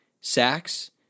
sacks